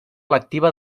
lectiva